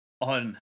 on